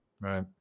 right